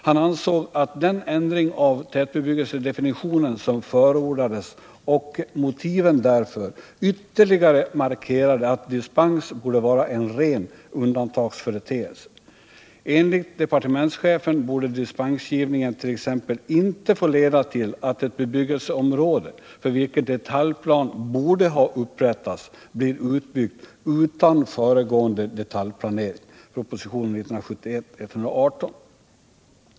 Han ansåg att den ändring av tätbebyggelsedefinitionen som förordades och motiven för ändringen ytterligare markerade att dispens borde vara en ren undantagsföreteelse. Enligt departementschefen borde dispensgivningen t.ex. inte få leda till att ett bebyggelseområde, för vilket detaljplan borde ha upprättats, blir utbyggt utan föregående detaljplanering .